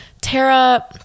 tara